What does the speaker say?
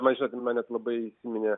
na žinot man net labai įsiminė